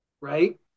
right